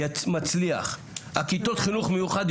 מעבר לזה,